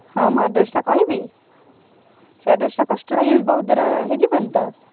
ହଁ ମୁଁ ଆଡ଼୍ରେସ୍ଟା କହିବି ସେ ଆଡ଼୍ରେସ୍ଟା କଷ୍ଟ ଲାଗିବ ବହୁତ ଦୂର ହୋଇଯିବନି ତ